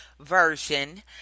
version